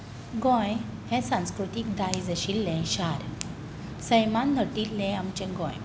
गोंय हें सांस्कृतीक दायज आशिल्लें शार सैमान नटिल्लें आमचें गोंय